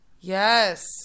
Yes